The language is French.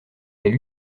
elle